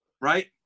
right